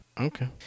Okay